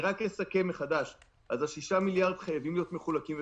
אני אסכם מחדש: 6 מיליארד חייבים להיות מחולקים,